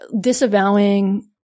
disavowing